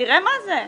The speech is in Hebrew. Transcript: תראה מה זה,